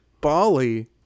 Bali